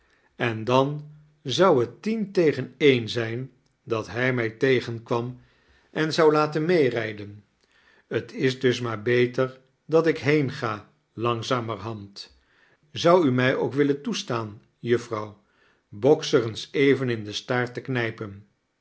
en dan zou het tien tegen een zijn dat hij mij tegenkwam en zou laten meerijden t is dus maar beter dat ik heenga langzamerhand mij ook willen toestaan boxer eens even in den knijpen